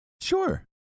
Sure